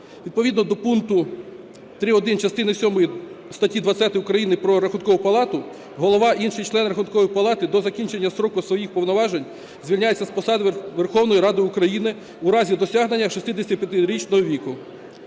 Відповідно до пункту 3.1 частини сьомої статті 20 України про Рахункову палату Голова і інші члени Рахункової палати до закінчення строку своїх повноважень звільняються з посади Верховною Радою України у разі досягнення 65-річного віку.